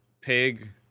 Pig